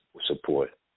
support